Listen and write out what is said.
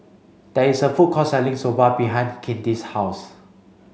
there is a food court selling Soba behind Kinte's house